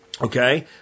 okay